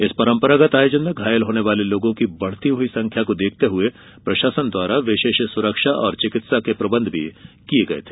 इस परंपरागत आयोजन में घायल होने वाले लोगों के बढ़ती हुई संख्या को देखते हुए प्रशासन द्वारा विशेष सुरक्षा और चिकित्सा प्रबंध किये गये थे